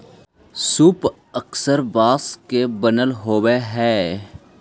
सूप पअक्सर बाँस के बनल होवऽ हई